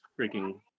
freaking